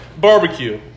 barbecue